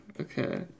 Okay